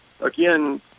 again –